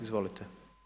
Izvolite.